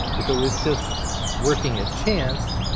if it was just working at chance,